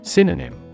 Synonym